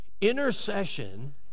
Intercession